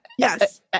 Yes